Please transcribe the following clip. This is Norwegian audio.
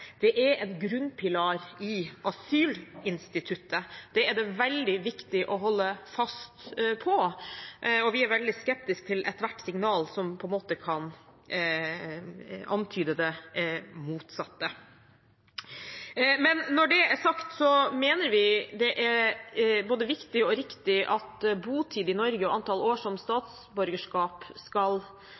er en grunnpilar i asylinstituttet. Det er det veldig viktig å holde fast på, og vi er veldig skeptisk til ethvert signal som på en måte kan antyde det motsatte. Når det er sagt, mener vi det er både viktig og riktig at botid og antall år som statsborger i Norge skal tillegges vekt og være en del av de vurderingene domstolene skal